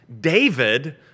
David